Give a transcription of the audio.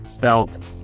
belt